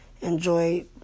enjoy